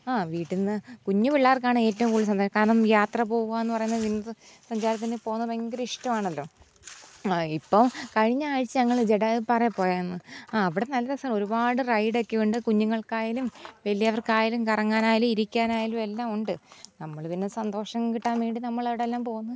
ആ വീട്ടിൽ നിന്ന് കുഞ്ഞുപിള്ളേർക്കാണ് ഏറ്റവും കൂടുതൽ സന്തോ കാരണം യാത്ര പോകുകയെന്നു പറയുന്നത് വിനോദ സഞ്ചാരത്തിനു പോകുന്ന ഭയങ്കര ഇഷ്ടമാണല്ലോ ആ ഇപ്പോൾ കഴിഞ്ഞാഴ്ച ഞങ്ങൾ ജടായു പാറയിൽ പോയായിരുന്നു അവിടെ നല്ല രസ ഒരുപാട് റൈടൊക്കെയുണ്ട് കുഞ്ഞുങ്ങൾക്കായാലും വലിയവർക്കായാലും കറങ്ങാനായാലും ഇരിക്കാനായാലുമെല്ലാമുണ്ട് നമ്മൾ പിന്നെ സന്തോഷം കിട്ടാൻ വേണ്ടി നമ്മളവിടെയെല്ലാം പോകുന്നു